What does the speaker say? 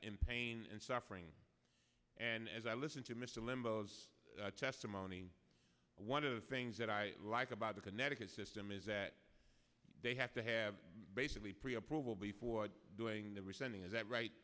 in pain and suffering and as i listen to mr limbaugh's testimony one of the things that i like about the connecticut system is that they have to have basically pre approved before doing the resending is that right